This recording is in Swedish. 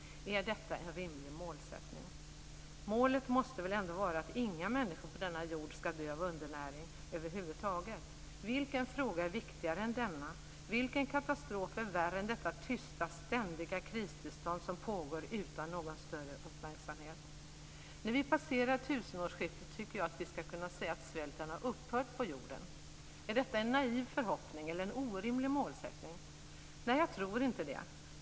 Är detta en rimlig målsättning? Målet måste väl ändå vara att inga människor på denna jord skall dö av undernäring över huvud taget. Vilken fråga är viktigare än denna? Vilken katastrof är värre än detta tysta ständiga kristillstånd som pågår utan någon större uppmärksamhet? När vi passerar tusenårsskiftet tycker jag att vi skall kunna säga att svälten har upphört på jorden. Är detta en naiv förhoppning och en orimlig målsättning? Nej, jag tror inte det.